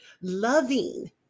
loving